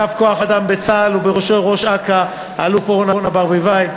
ולאגף כוח-אדם בצה"ל ובראשו ראש אכ"א האלוף אורנה ברביבאי,